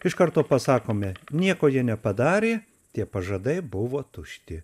iš karto pasakome nieko jie nepadarė tie pažadai buvo tušti